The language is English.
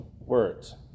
words